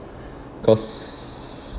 cause